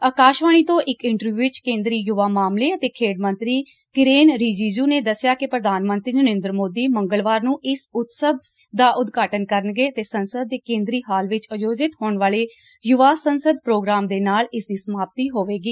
ਆਕਾਸ਼ਵਾਣੀ ਤੋਂ ਇੱਕ ਇੰਟਰਵਿਉ ਵਿਚ ਕੇਂਦਰੀ ਯੁਵਾ ਮਾਮਲੇ ਅਤੇ ਖੇਡ ਮੰਤਰੀ ਕਿਰੇਨ ਰਿਜੀਚੁ ਨੇ ਦੱਸਿਆ ਕਿ ਪ੍ਧਾਨ ਮੰਤਰੀ ਨਰੇਂਦਰ ਮੋਦੀ ਮੰਗਲਵਾਰ ਨੂੰ ਇਸ ਉਤਸਵ ਦਾ ਉਦਘਾਟਨ ਕਰਨਗੇ ਅਤੇ ਸੰਸਦ ਦੇ ਕੇਂਦਰੀ ਹਾਲ ਵਿਚ ਅਯੋਜਿਤ ਹੋਣ ਵਾਲੇ ਯੁਵਾ ਸੰਸਦ ਪ੍ਰੋਗਰਾਮ ਦੇ ਨਾਲ ਇਸਦੀ ਸਮਾਪਤੀ ਹੋਵੇਗੀ